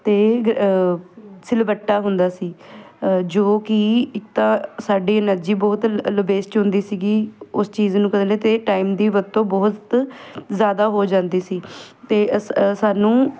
ਅਤੇ ਸਿਲਵੱਟਾ ਹੁੰਦਾ ਸੀ ਜੋ ਕਿ ਇੱਕ ਤਾਂ ਸਾਡੀ ਐਨਰਜੀ ਬਹੁਤ ਲ ਵੇਸਟ ਹੁੰਦੀ ਸੀਗੀ ਉਸ ਚੀਜ਼ ਨੂੰ ਕਹਿੰਦੇ ਟਾਈਮ ਦੀ ਵਰਤੋਂ ਬਹੁਤ ਜ਼ਿਆਦਾ ਹੋ ਜਾਂਦੀ ਸੀ ਅਤੇ ਸਾਨੂੰ